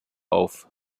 auf